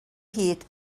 hid